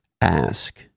ask